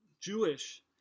Jewish